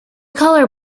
colour